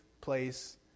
place